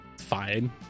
fine